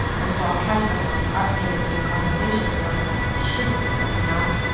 and so i'll catch myself and ah in in conversations where i'm like, shit, like i'm not